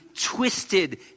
twisted